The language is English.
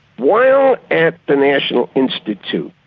while at the national institute,